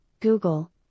Google